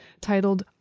titled